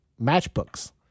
matchbooks